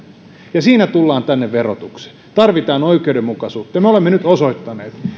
ja siinä tullaan tänne verotukseen tarvitaan oikeudenmukaisuutta ja me olemme nyt osoittaneet